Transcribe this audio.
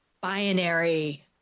binary